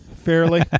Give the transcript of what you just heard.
Fairly